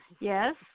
Yes